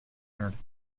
articles